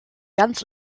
ganz